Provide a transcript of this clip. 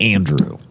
Andrew